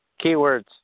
keywords